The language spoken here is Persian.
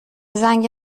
زنگ